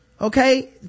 Okay